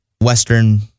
Western